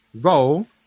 roll